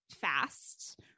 fast